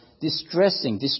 distressing